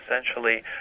essentially